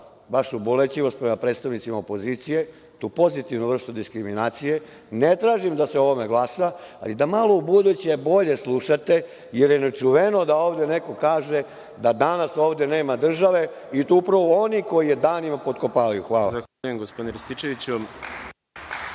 vašu bolećivost prema predstavnicima opozicije, tu pozitivnu vrstu diskriminacije, ne tražim da se o ovome glasa, ali da malo ubuduće bolje slušate, jer je nečuveno da ovde neko kaže da danas ovde nema države, i to upravo oni koji je danima potkopavaju.